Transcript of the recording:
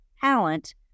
talent